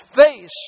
face